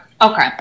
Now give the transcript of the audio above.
Okay